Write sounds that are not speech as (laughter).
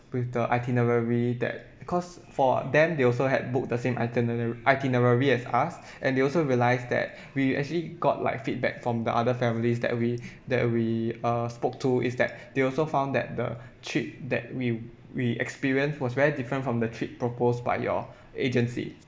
with the itinerary that because for them they also had book the same itiner~ itinerary as us and they also realise that we actually got like feedback from the other families that we (breath) that we uh spoke to is that they also found that the trip that we we experience was very different from the trip proposed by your agency